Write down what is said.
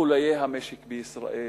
חוליי המשק בישראל.